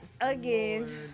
Again